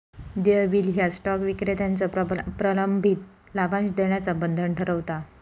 देय बिल ह्या स्टॉक विक्रेत्याचो प्रलंबित लाभांश देण्याचा बंधन ठरवता